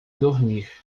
dormir